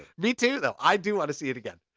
me too though! i do want to see it again.